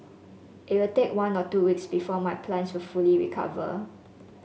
it will take one or two weeks before my plants will fully recover